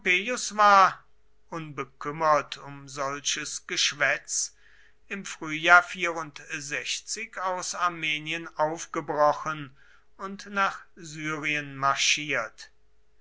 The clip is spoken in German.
unbekümmert um solches geschwätz im frühjahr aus armenien aufgebrochen und nach syrien marschiert